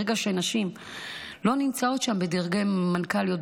ברגע שנשים לא נמצאות שם בדרגי מנכ"ליות,